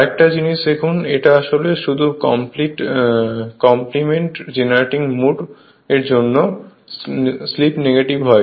আরেকটা জিনিস দেখুন এটা আসলে শুধুমাত্র কমপ্লিমেন্ট জেনারেটিং মোডের জন্য স্লিপ নেগেটিভ হয়